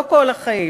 לא כל החיים,